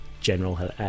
general